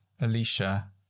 Alicia